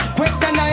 Question